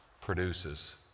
produces